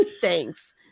Thanks